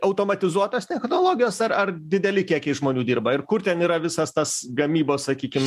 automatizuotos technologijos ar ar dideli kiekiai žmonių dirba ir kur ten yra visas tas gamybos sakykim